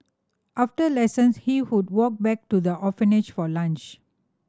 after lessons he would walk back to the orphanage for lunch